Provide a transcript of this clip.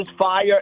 fire